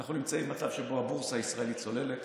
אנחנו נמצאים במצב שבו הבורסה הישראלית צוללת.